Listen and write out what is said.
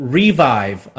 revive